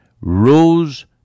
rose